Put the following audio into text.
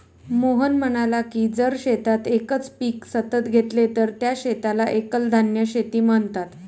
मोहन म्हणाला की जर शेतात एकच पीक सतत घेतले तर त्या शेताला एकल धान्य शेती म्हणतात